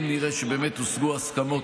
אם נראה שבאמת הושגו הסכמות,